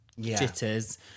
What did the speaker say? jitters